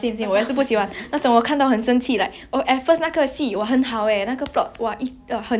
!wow! everything makes sense then until the last episode then like suddenly the male lead 已经死掉了